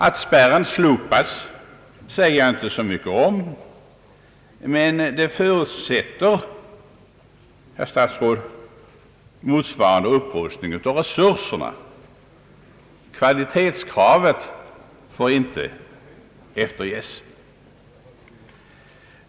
Att spärren slopas säger jag inte så mycket om, men det förutsätter, herr statsråd, motsvarande upprustning av resurserna. Kvalitetskravet får inte efterges.